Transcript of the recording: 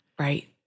Right